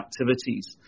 activities